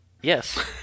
Yes